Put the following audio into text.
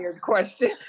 question